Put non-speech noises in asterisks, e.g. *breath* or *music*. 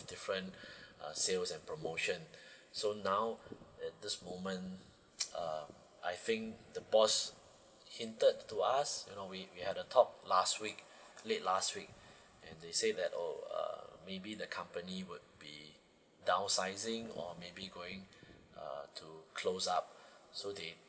different *breath* uh sales and promotion *breath* so now at this moment *noise* uh I think the boss hinted to us you know we we had a talk last week late last week and they said that oh err maybe that company would be downsizing or maybe going uh to close up so they